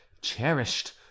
cherished